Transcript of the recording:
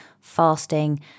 fasting